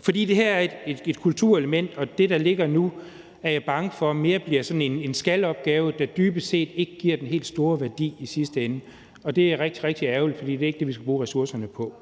For det her er et kulturelement, og det, der ligger nu, er jeg bange for mere bliver sådan en »skal«-opgave, der dybest set ikke giver den helt store værdi i sidste ende, og det er rigtig, rigtig ærgerligt, for det er ikke det, vi skal bruge ressourcerne på.